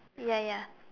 ya ya